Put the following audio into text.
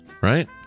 right